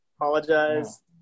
apologize